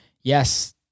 yes